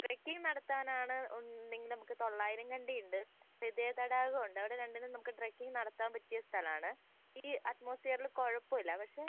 trekking നടത്താനാണ് ഉണ്ടെങ്കിൽ നമുക്ക് തൊള്ളായിരം കണ്ടി ഉണ്ട് ഹൃദയ തടാകം ഉണ്ട് അവിടെ രണ്ടിലും നമുക്ക് ട്രക്കിങ്ങ് നടത്താൻ പറ്റിയ സ്ഥലമാണ് ഈ അറ്റ്മോസ്ഫിയറിൽ കുഴപ്പമില്ല പക്ഷേ